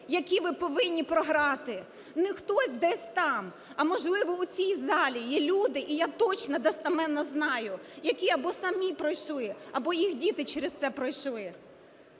які ви повинні програти. Не хтось десь там, а, можливо, у цій залі є люди, і я точно, достеменно знаю, які або самі пройшли, або їх діти через це пройшли.